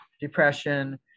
depression